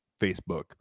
Facebook